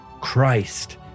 Christ